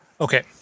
Okay